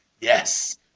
Yes